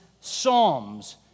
psalms